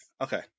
Okay